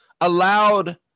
allowed